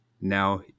now